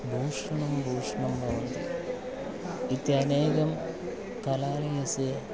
भूषणं भूषणं भवति इत्यनेकं कलालयस्य